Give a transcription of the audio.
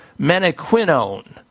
menaquinone